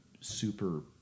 super